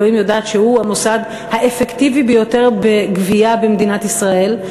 ואלוהים יודעת שהוא המוסד האפקטיבי ביותר בגבייה במדינת ישראל.